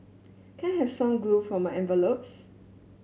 can I have some glue for my envelopes